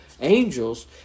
angels